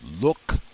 look